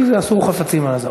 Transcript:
כי אסור חפצים על זה.